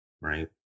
right